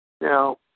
Now